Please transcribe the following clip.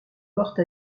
morte